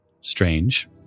strange